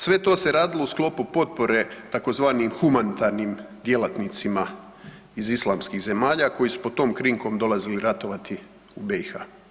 Sve to se radilo u sklopu potpore tzv. humanitarnim djelatnicima iz islamskih zemalja koji su pod tom krinkom dolazili ratovati u BiH.